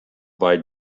bei